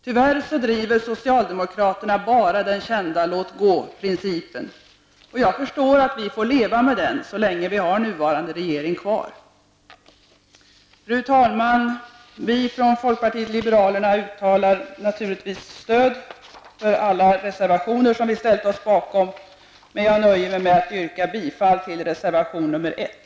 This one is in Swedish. Tyvärr driver socialdemokraterna bara den kända låt-gå-principen, och jag förstår att vi får leva med den så länge vi har nuvarande regering kvar. Fru talman! Vi från folkpartiet liberalerna uttalar naturligtvis stöd för alla reservationer som vi ställt oss bakom. Jag nöjer mig emellertid med att yrka bifall till reservation nr 1.